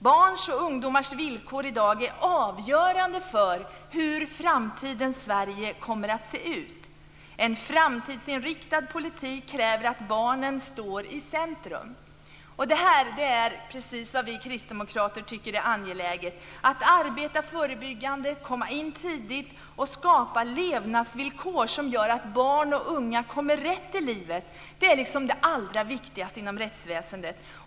Barns och ungdomars villkor i dag är avgörande för hur framtidens Sverige kommer att se ut. En framtidsinriktad politik kräver att barnen står i centrum. Detta är precis vad vi kristdemokrater tycker är angeläget. Att arbeta förebyggande, komma in tidigt och skapa levnadsvillkor som gör att barn och unga kommer rätt i livet är det allra viktigaste inom rättsväsendet.